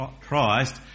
Christ